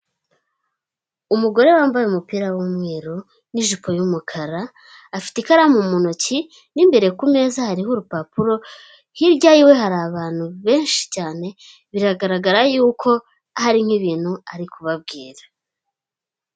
Umugore wambaye umupira w'umweru n'ijipo y'umukara afite ikaramu mu ntoki, n'imbere ku meza hariho urupapuro hirya yiwe hari abantu benshi cyane biragaragara yuko hari nk'ibintu ari kubabwira.